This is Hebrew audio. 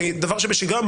כדבר שבשגרה,